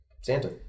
santa